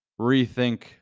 rethink